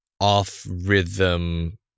off-rhythm